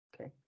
Okay